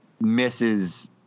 misses